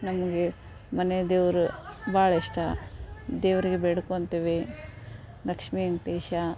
ನಮಗೆ ಮನೆದೇವರು ಭಾಳ ಇಷ್ಟ ದೇವರಿಗೆ ಬೇಡ್ಕೊತಿವಿ ಲಕ್ಷ್ಮೀ ವೆಂಕಟೇಶ